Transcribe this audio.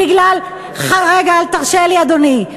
רגע, תרשה לי אדוני.